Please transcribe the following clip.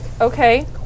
Okay